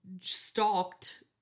Stalked